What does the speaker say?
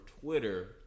Twitter